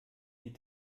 die